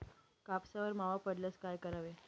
कापसावर मावा पडल्यास काय करावे?